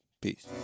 peace